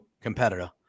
competitor